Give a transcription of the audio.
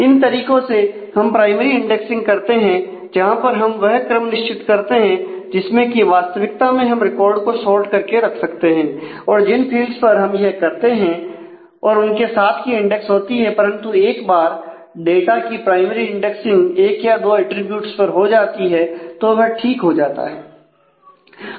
इन तरीकों से हम प्राइमरी इंडेक्सिंग करते हैं जहां पर हम वह क्रम निश्चित करते हैं जिसमें की वास्तविकता में हम रिकॉर्ड को सोर्ट करके रखते हैं और जिन फील्ड्स पर हम यह करते हैं और उनके साथ की इंडेक्स होती है परंतु एक बार डाटा की प्राइमरी इंडेक्सींग एक या दो अटरीब्यूट्स पर हो जाती है तो वह ठीक हो जाता है